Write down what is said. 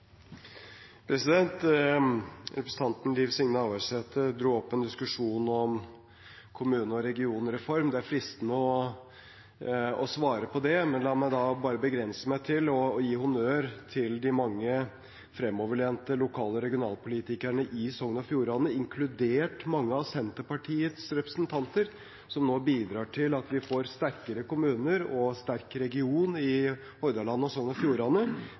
fristende å svare på det, men la meg da bare begrense meg til å gi honnør til de mange fremoverlente lokal- og regionalpolitikerne i Sogn og Fjordane, inkludert mange av Senterpartiets representanter, som nå bidrar til at vi får sterkere kommuner og en sterk region i Hordaland og Sogn Fjordane. Det vil være bra, også for utmarksforvaltningen, fordi man får mer kompetanse i både kommune og